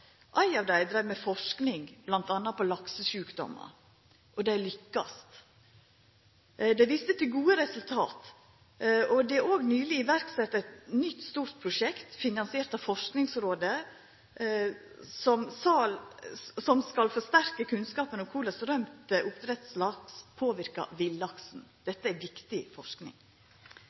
Ei av dei dreiv med forsking, m.a. på laksesjukdommar, og dei lykkast. Dei viste til gode resultat. Det er òg nyleg sett i verk eit nytt stort prosjekt, finansiert av Forskingsrådet, som skal forsterka kunnskapen om korleis rømt oppdrettslaks påverkar villaksen. Dette er viktig forsking.